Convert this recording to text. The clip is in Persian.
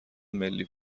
ملی